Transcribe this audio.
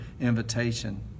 invitation